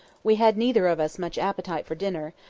we had neither of us much appetite for dinner,